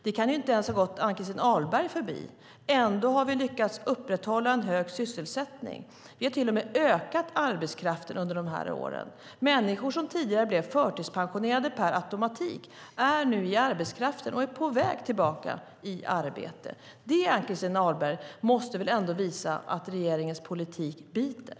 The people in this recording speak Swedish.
Det kan inte ens ha gått Ann-Christin Ahlberg förbi. Ändå har vi lyckats upprätthålla en hög sysselsättning. Vi har till och med ökat arbetskraften under de här åren. Människor som tidigare blev förtidspensionerade per automatik finns nu i arbetskraften och är på väg tillbaka i arbete. Det, Ann-Christin Ahlberg, måste väl ändå visa att regeringens politik biter?